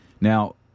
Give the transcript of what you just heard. Now